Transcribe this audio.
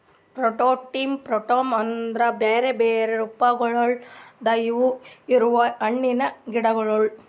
fruit tree form ಅಂದುರ್ ಬ್ಯಾರೆ ಬ್ಯಾರೆ ರೂಪಗೊಳ್ದಾಗ್ ಇರವು ಹಣ್ಣಿನ ಗಿಡಗೊಳ್